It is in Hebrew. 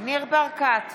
ניר ברקת,